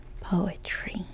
poetry